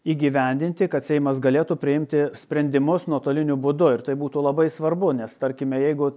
įgyvendinti kad seimas galėtų priimti sprendimus nuotoliniu būdu ir tai būtų labai svarbu nes tarkime jeigu